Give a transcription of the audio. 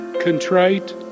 contrite